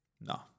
No